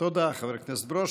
תודה, חבר הכנסת ברושי.